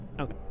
Okay